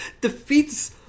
Defeats